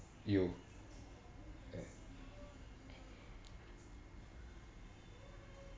you eh